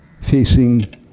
facing